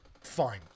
fine